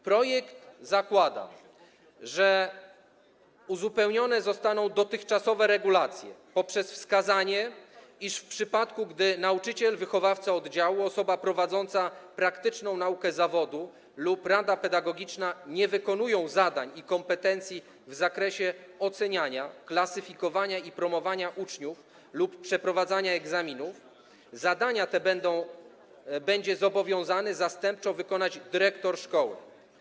Projekt zakłada, że dotychczasowe regulacje zostaną uzupełnione poprzez wskazanie, iż w przypadku, gdy nauczyciel, wychowawca oddziału, osoba prowadząca praktyczną naukę zawodu lub rada pedagogiczna nie wykonują zadań i kompetencji w zakresie oceniania, klasyfikowania i promowania uczniów lub przeprowadzania egzaminów, zadania te będzie zobowiązany zastępczo wykonać dyrektor szkoły.